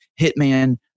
hitman